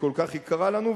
שכל כך יקרה לנו,